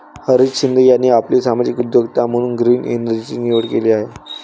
हरीश शिंदे यांनी आपली सामाजिक उद्योजकता म्हणून ग्रीन एनर्जीची निवड केली आहे